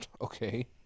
Okay